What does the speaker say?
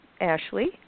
Ashley